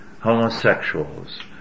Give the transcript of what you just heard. homosexuals